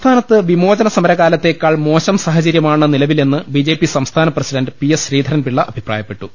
സംസ്ഥാനത്ത് വിമോചന സമരകാലത്തേക്കാൾ മോശം സാഹചര്യമാണ് നിലവിലെന്ന് ബി ജെ പി സംസ്ഥാന president P S Sreedharan Pillai അഭിപ്രായപ്പെട്ടു